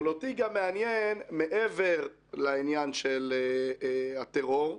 אבל אותי גם מעניין מעבר לעניין של טרור,